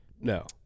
No